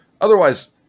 Otherwise